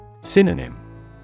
Synonym